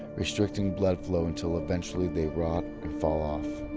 restricting blood blow until eventually they rot and fall off,